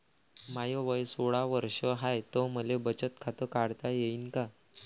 माय वय सोळा वर्ष हाय त मले बचत खात काढता येईन का?